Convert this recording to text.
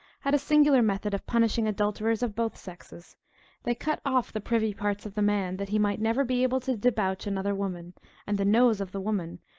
had a singular method of punishing adulterers of both sexes they cut off the privy parts of the man, that he might never be able to debauch another woman and the nose of the woman,